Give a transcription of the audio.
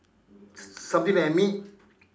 something like meat